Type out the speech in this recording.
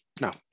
Now